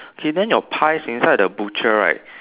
okay then your pies inside the butcher right